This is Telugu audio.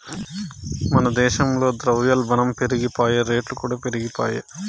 మన దేశంల ద్రవ్యోల్బనం పెరిగిపాయె, రేట్లుకూడా పెరిగిపాయె